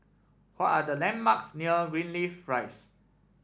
what are the landmarks near Greenleaf Rise